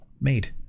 made